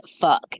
fuck